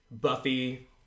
buffy